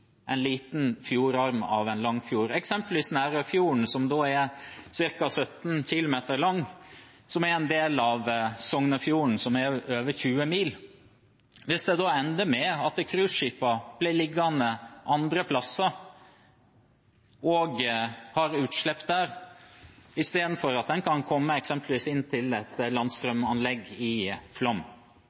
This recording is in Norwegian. en liten arm av en lang fjord, eksempelvis Nærøyfjorden, som er ca. 17 km lang, som er en del av Sognefjorden, som er over 20 mil. Det kan ende med at cruiseskipene blir liggende andre steder og ha utslipp der i stedet for at de eksempelvis kan komme inn til et landstrømanlegg i